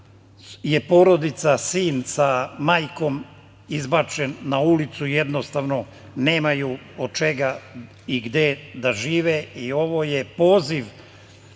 je porodica, sin sa majkom, izbačen na ulicu, jednostavno nemaju od čega i gde da žive i ovo je poziv